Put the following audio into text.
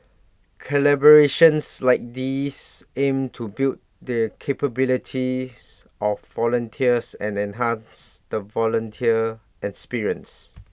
collaborations like these aim to build the capabilities of the volunteers and enhance the volunteer experience